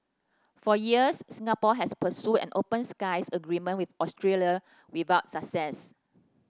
for years Singapore has pursued an open skies agreement with Australia without success